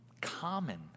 common